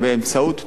אלא באמצעות תחרות.